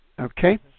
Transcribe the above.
Okay